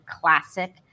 classic